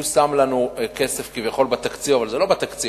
הוא שם לנו כסף כביכול בתקציב, אבל זה לא בתקציב.